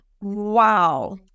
wow